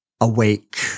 awake